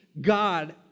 God